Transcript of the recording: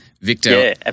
Victor